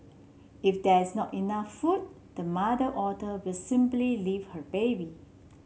if there is not enough food the mother otter will simply leave her baby